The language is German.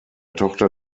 tochter